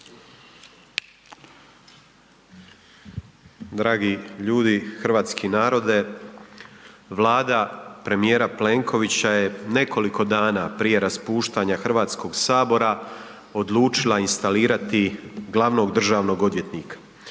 Dragi ljudi, hrvatski narode. Vlada premijera Plenkovića je nekoliko dana prije raspuštanja HS-a odlučila instalirati glavnog državnog odvjetnika.